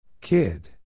Kid